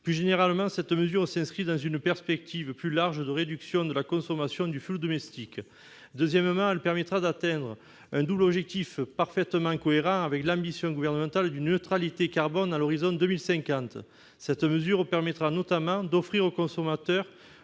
Plus généralement, cette mesure s'inscrit dans une perspective plus large de réduction de la consommation de fioul domestique. Deuxièmement, elle permettra d'atteindre un double objectif parfaitement cohérent avec l'ambition gouvernementale d'une neutralité carbone à l'horizon 2050. En effet, elle permettra notamment d'offrir aux consommateurs,